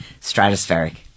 stratospheric